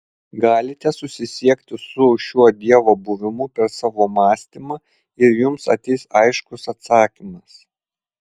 galite susisiekti su šiuo dievo buvimu per savo mąstymą ir jums ateis aiškus atsakymas